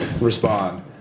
respond